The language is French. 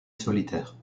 solitaire